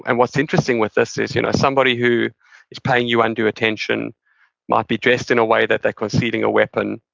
and what's interesting with this is you know somebody who is paying you undue attention might be dressed in a way that they're concealing a weapon,